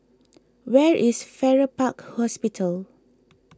where is Farrer Park Hospital